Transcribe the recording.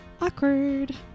Awkward